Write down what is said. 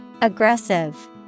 Aggressive